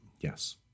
Yes